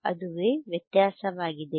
ಅದುವೇ ವ್ಯತ್ಯಾಸವಾಗಿದೆ